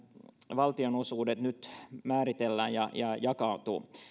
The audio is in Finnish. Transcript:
valtionosuudet nyt määritellään ja ja jakautuvat